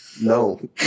No